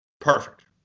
Perfect